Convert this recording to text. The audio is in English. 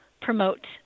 promote